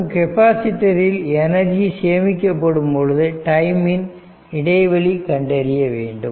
மற்றும் கெபாசிட்டர் ல் எனர்ஜி சேமிக்கபடும்பொழுது டைமின் இடைவெளியை கண்டறிய வேண்டும்